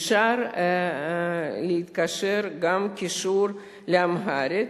אפשר להתקשר גם קישור לאמהרית.